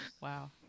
Wow